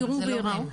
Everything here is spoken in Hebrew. יראו וייראו,